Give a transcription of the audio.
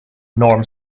norm